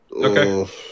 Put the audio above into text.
Okay